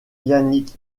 yannick